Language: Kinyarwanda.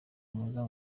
mwiza